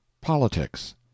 Politics